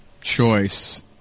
choice